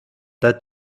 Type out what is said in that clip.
that